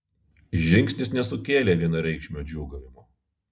žingsnis nesukėlė vienareikšmio džiūgavimo